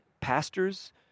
pastors